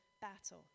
battle